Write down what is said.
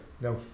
No